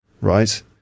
right